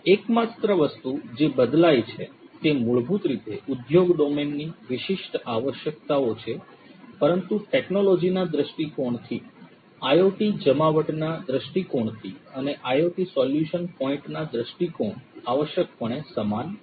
એકમાત્ર વસ્તુ જે બદલાય છે તે મૂળભૂત રીતે ઉદ્યોગ ડોમેનની વિશિષ્ટ આવશ્યકતાઓ છે પરંતુ ટેકનોલોજીના દૃષ્ટિકોણથી IoT જમાવટના દૃષ્ટિકોણથી અને IoT સોલ્યુશન પોઇન્ટના દૃષ્ટિકોણ આવશ્યકપણે સમાન છે